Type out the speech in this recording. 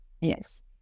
Yes